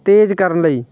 ਤੇਜ਼ ਕਰਨ ਲਈ